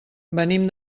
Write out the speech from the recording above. venim